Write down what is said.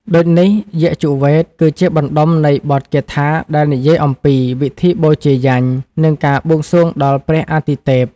ដូចនេះ យជុវ៌េទគឺជាបណ្ដុំនៃបទគាថាដែលនិយាយអំពី ពិធីបូជាយញ្ញ និងការបួងសួងដល់ព្រះអាទិទេព។